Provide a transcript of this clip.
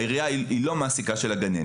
העירייה היא לא מעסיקה של הגננת.